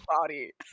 body